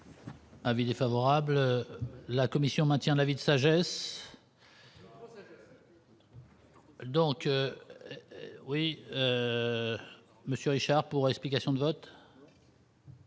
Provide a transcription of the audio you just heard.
Avis défavorable, la Commission maintient la vie de sagesse. Donc oui, monsieur Richard pour explication de vote.